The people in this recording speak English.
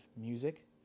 music